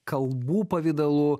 kalbų pavidalu